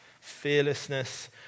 Fearlessness